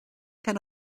can